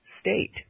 state